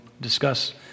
discuss